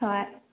ꯍꯣꯏ